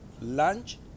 lunch